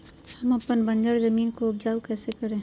हम अपन बंजर जमीन को उपजाउ कैसे करे?